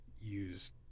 use